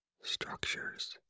structures